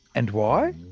and why?